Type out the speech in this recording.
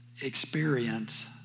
experience